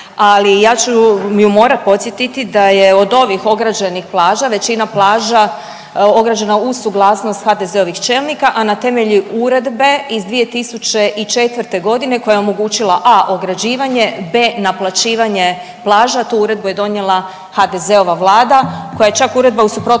ali ja ću ju morat podsjetiti da od ovih ograđenih plaža većina plaža ograđena uz suglasnost HDZ-ovih čelnika, a na temelju uredbe iz 2004. godine koja je omogućila a) ograđivanje, b) naplaćivanje plaža. Tu uredbu je donijela HDZ-ova Vlada koja je čak uredba u suprotnosti